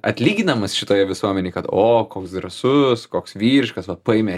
atlyginamas šitoje visuomenėj kad o koks drąsus koks vyriškas va paėmė